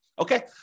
Okay